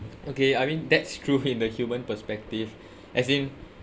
okay I mean that's true in the human perspective as in